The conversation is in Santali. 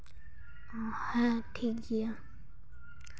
ᱦᱮᱸ ᱴᱷᱤᱠ ᱜᱮᱭᱟ